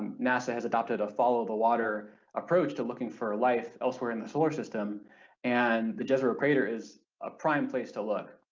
nasa has adopted a follow the water approach to looking for ah life elsewhere in the solar system and the jezero crater is a prime place to look.